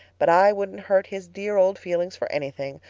but i wouldn't hurt his dear old feelings for anything,